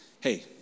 Hey